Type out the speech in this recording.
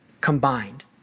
combined